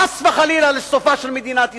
חס וחלילה לסופה של מדינת ישראל.